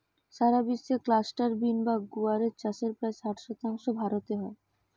সারা বিশ্বে cluster bean বা গুয়ার এর চাষের প্রায় ষাট শতাংশ ভারতে হয়